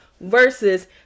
versus